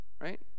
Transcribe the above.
right